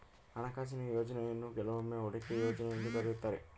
ಹಣಕಾಸಿನ ಯೋಜ್ನಯನ್ನು ಕೆಲವೊಮ್ಮೆ ಹೂಡಿಕೆ ಯೋಜ್ನ ಎಂದು ಕರೆಯುತ್ತಾರೆ